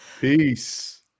Peace